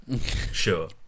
Sure